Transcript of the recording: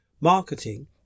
marketing